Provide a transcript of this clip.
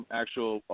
actual